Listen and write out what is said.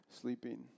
sleeping